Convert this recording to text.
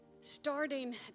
starting